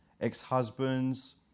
ex-husbands